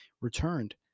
returned